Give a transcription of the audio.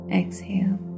exhale